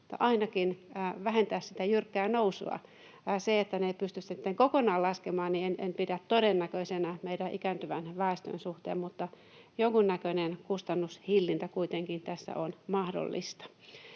ainakin vähentää sitä jyrkkää nousua. Sitä, että ne pystyisivät sitten kokonaan laskemaan, en pidä todennäköisenä meidän ikääntyvän väestön suhteen, mutta jonkunnäköinen kustannushillintä kuitenkin tässä on mahdollista.